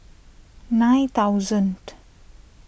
nine thousand